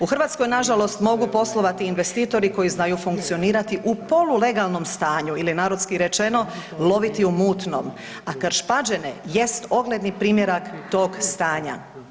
U Hrvatskoj nažalost mogu poslovati investitori koji znaju funkcionirati u polulegalnom stanju ili narodski rečeno loviti u mutnom, a Krš-Pađene jest ogledni primjerak tog stanja.